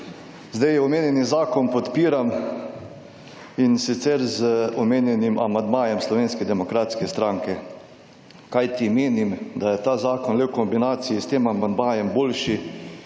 Zdaj omenjeni zakon podpiram in sicer z omenjenim amandmajem Slovenske demokratske stranke. Kajti menim, da je ta zakon le v kombinaciji s tem amandmajem boljši